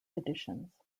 editions